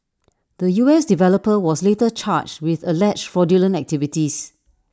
the U S developer was later charged with alleged fraudulent activities